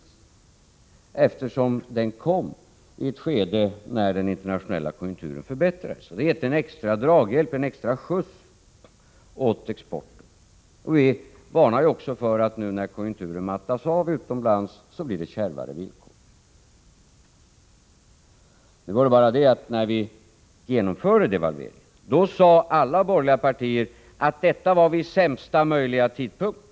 Devalveringen kom i ett skede när den internationella konjunkturen förbättrades. Det har gett extra skjuts åt exporten. Vi har också varnat för att det kommer att bli kärvare när nu konjunkturen mattas av utomlands. Men när vi genomförde devalveringen sade alla de borgerliga partierna att det skedde vid sämsta möjliga tidpunkt.